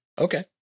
Okay